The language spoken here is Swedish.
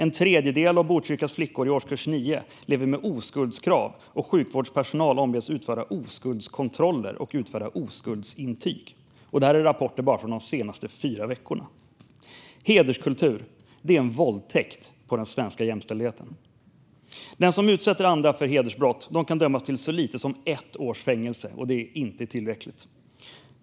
En tredjedel av Botkyrkas flickor i årskurs 9 lever med oskuldskrav, och sjukvårdspersonal ombeds utföra oskuldskontroller och utfärda oskuldsintyg. Detta är rapporter bara från de senaste fyra veckorna. Hederskultur är en våldtäkt på den svenska jämställdheten. Den som utsätter andra för hedersbrott kan dömas till så lite som ett års fängelse, och det är inte tillräckligt.